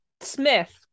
Smith